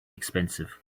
expensive